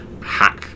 hack